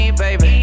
baby